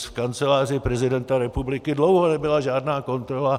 V Kanceláři prezidenta republiky dlouho nebyla žádná kontrola.